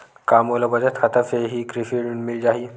का मोला बचत खाता से ही कृषि ऋण मिल जाहि?